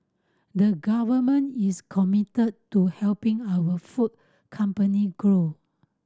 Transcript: the government is committed to helping our food company grow